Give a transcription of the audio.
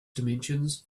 dimensions